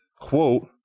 quote